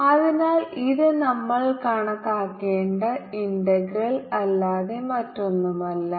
അതിനാൽ ഇത് നമ്മൾ കണക്കാക്കേണ്ട ഇന്റഗ്രൽ അല്ലാതെ മറ്റൊന്നുമല്ല